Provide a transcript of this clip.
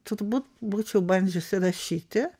turbūt būčiau bandžiusi rašyti